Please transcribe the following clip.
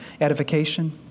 edification